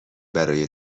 برای